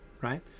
Right